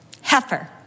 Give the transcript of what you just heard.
heifer